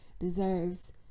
deserves